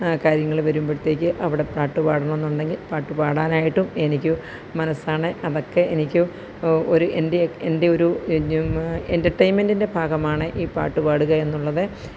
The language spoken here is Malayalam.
കാര്യങ്ങൾ വരുമ്പോഴത്തേക്ക് അവിടെ പാട്ടു പാടാണമെന്നുണ്ടെങ്കിൽ പാട്ടുപാടാനായിട്ടും എനിക്ക് മനസ്സാണ് അതൊക്കെ എനിക്ക് ഒരു എൻ്റെ എൻ്റെയൊരു എജ്യു എൻറ്റർടൈൻമെൻറ്റിൻ്റെ ഭാഗമാണ് ഈ പാട്ടുപാടുക എന്നുള്ളത്